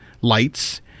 lights